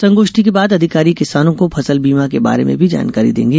संगोष्ठी के बाद अधिकारी किसानों को फसल बीमा के बारे में भी जानकारी देंगे